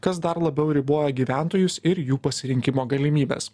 kas dar labiau riboja gyventojus ir jų pasirinkimo galimybes